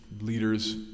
leaders